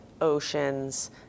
oceans